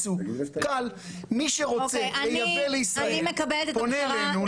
מי שרוצה לייבא לישראל פונה אלינו.